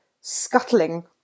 scuttling